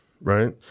right